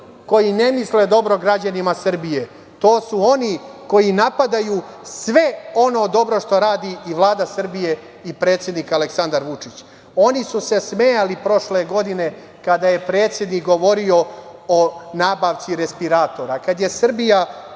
koji ne misle dobro građanima Srbije. To su oni koji napadaju sve ono dobro što radi Vlada Srbije i predsednik Aleksandar Vučić. Oni su se smejali prošle godine kada je predsednik govorio o nabavci respiratora,